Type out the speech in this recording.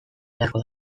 beharko